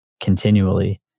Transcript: continually